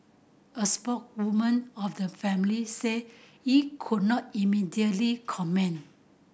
a spokeswoman of the family said it could not immediately comment